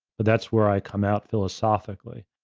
but that's where i come out philosophically.